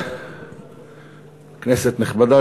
כנסת נכבדה,